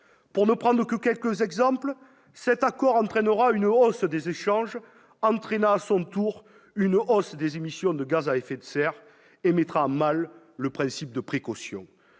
Pour ne prendre que quelques exemples, cet accord entraînera une hausse des échanges entraînant à son tour une hausse des émissions de gaz à effet de serre, et mettra à mal le principe de précaution.